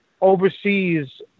overseas